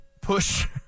push